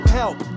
help